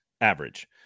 average